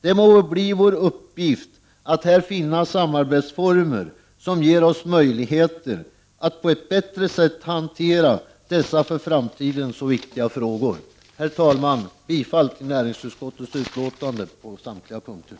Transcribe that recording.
Det må bli vår uppgift att här finna samarbetsformer, som ger oss möjligheter att på ett bättre sätt hantera dessa för framtiden så viktiga frågor. Herr talman! Jag yrkar alltså bifall till näringsutskottets hemställan på Prot. 1989/90:45 samtliga punkter.